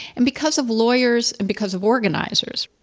and because of lawyers and because of organizers,